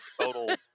total